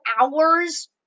hours